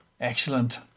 Excellent